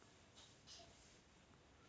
वित्त देखील बर्याच श्रेणींमध्ये वेगळे केले जाते